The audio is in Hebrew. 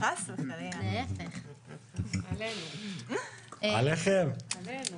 אפשר לראות בשנה האחרונה עלייה של כ-8%,